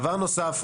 דבר נוסף.